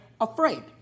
afraid